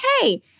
hey